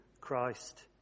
Christ